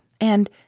and